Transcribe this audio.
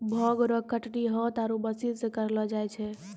भांग रो कटनी हाथ आरु मशीन से करलो जाय छै